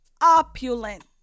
opulent